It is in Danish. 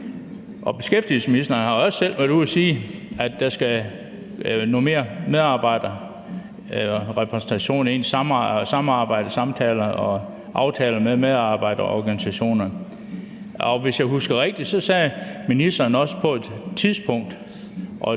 Beskæftigelsesministeren har også selv været ude at sige, at der skal noget mere medarbejderrepræsentation ind – samarbejde, samtaler og aftaler med medarbejderorganisationer. Og hvis jeg husker rigtigt, sagde ministeren også på et tidspunkt